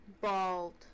bald